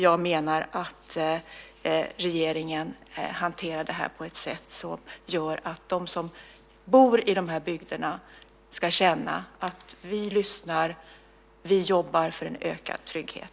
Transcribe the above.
Jag menar att regeringen hanterar det här på ett sådant sätt att de som bor i dessa bygder ska känna att vi lyssnar och att vi jobbar för en ökad trygghet.